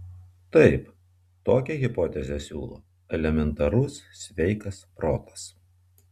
taip tokią hipotezę siūlo elementarus sveikas protas